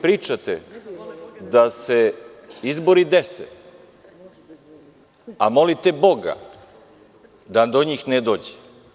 Pričate da se izbori dese, a molite Boga da do njih ne dođe.